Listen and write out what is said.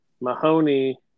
Mahoney